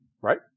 Right